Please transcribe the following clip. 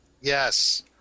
Yes